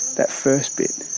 that first bit,